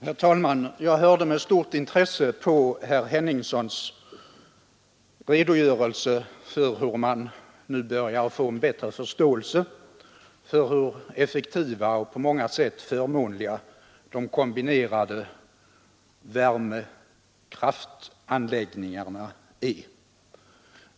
Herr talman! Jag hörde med stort intresse på herr Henningssons redogörelse för hur man nu börjar få bättre förståelse för hur effektiva och på många sätt förmånliga de kombinerade kraftvärmeanläggningarna är.